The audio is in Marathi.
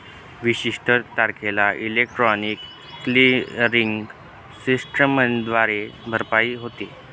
विशिष्ट तारखेला इलेक्ट्रॉनिक क्लिअरिंग सिस्टमद्वारे भरपाई होते